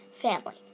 family